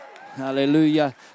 Hallelujah